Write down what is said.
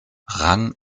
rang